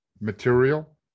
material